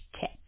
tip